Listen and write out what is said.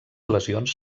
lesions